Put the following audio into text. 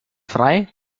frei